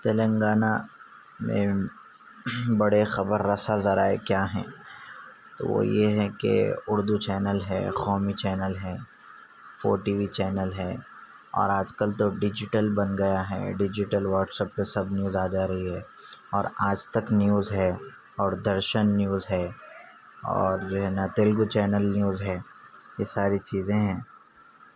تلنگانہ میں بڑے خبر رساں ذرائع کیا ہیں تو وہ یہ ہیں کہ اردو چینل ہیں قومی چینل ہیں فور ٹی وی چینل ہیں اور آج کل تو ڈجیٹل بن گیا ہے ڈجیٹل واٹس ایپ پہ سب نیوز آ جا رہی ہے اور آج تک نیوز ہے اور درشن نیوز ہے اور جو ہے نا تیلگو چینل نیوز ہے یہ ساری چیزیں ہیں